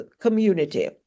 community